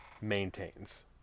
maintains